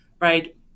right